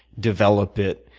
develop it,